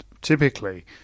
typically